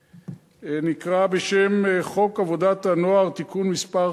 שנקרא בשם חוק עבודת הנוער (תיקון מס'